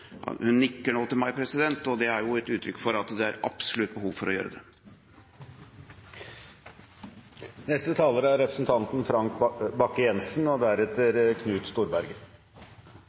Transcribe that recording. nikker nå til meg, og det er et uttrykk for at det absolutt er behov for å gjøre det.